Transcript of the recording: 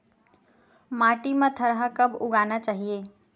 माटी मा थरहा कब उगाना चाहिए?